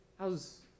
How's